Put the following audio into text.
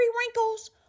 wrinkles